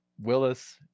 Willis